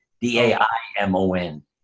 d-a-i-m-o-n